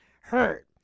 hurt